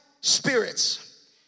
spirits